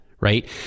Right